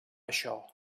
això